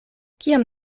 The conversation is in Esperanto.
kiam